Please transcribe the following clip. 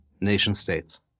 nation-states